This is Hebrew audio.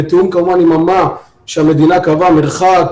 כמובן בתיאום עם מה שהמדינה קבעה כמו מרחק,